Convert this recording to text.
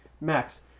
Max